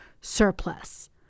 surplus